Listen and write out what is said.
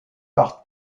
par